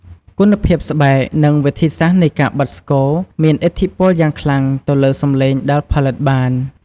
គុណភាពស្បែក និងវិធីសាស្ត្រនៃការបិតស្គរមានឥទ្ធិពលយ៉ាងខ្លាំងទៅលើសំឡេងដែលផលិតបាន។